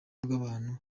bw’abantu